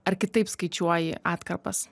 ar kitaip skaičiuoji atkarpas